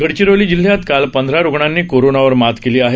गडचिरोली जिल्हयात काल पंधरा रुग्णांनी कोरोना वर मात केली आहे